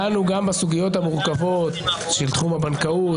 דנו גם בסוגיות המורכבות של תחום הבנקאות.